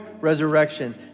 resurrection